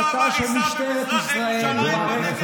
רק הפורעים הערבים מעניינים אותך.